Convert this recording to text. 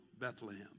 Bethlehem